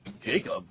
Jacob